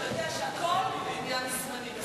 אתה יודע שהכול עניין זמני.